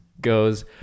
goes